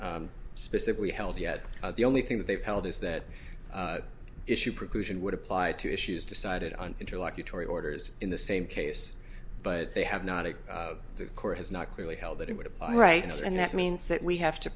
not specifically held yet the only thing that they've held is that issue preclusion would apply to issues decided on interlocutory orders in the same case but they have not and the court has not clearly held that it would apply rights and that means that we have to